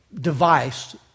device